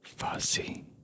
Fuzzy